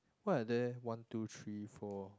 why are there one two three four